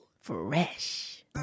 Fresh